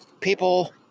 people